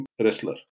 wrestler